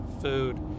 food